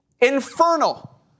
infernal